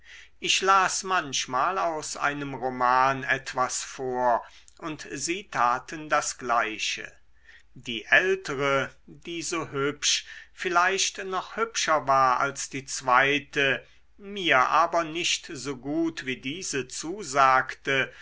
ich las manchmal aus einem roman etwas vor und sie taten das gleiche die ältere die so hübsch vielleicht noch hübscher war als die zweite mir aber nicht so gut wie diese zusagte